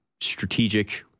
strategic